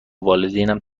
والدینم